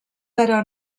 però